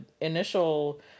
initial